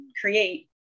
create